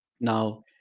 Now